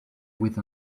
with